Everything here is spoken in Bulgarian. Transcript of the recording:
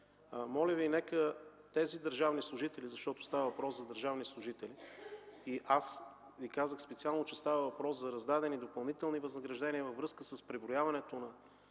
Моля Ви, нека тези държавни служители, защото става въпрос за държавни служители и аз Ви казах специално, че става въпрос за раздадени допълнителни възнаграждения във връзка с преброяването на